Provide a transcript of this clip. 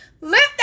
Lift